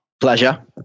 Pleasure